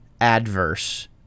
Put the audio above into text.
adverse